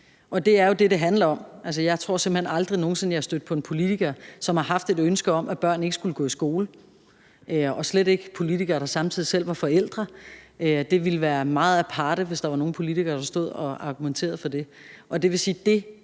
og det er jo det, som det handler om. Jeg tror simpelt hen aldrig nogen sinde jeg er stødt på en politiker, som har haft et ønske om, at børn ikke skulle gå i skole, og slet ikke politikere, der samtidig selv var forældre. Det ville være meget aparte, hvis der var nogen politikere, der stod og argumenterede for det. Og det vil sige, at det,